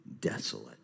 desolate